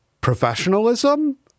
professionalism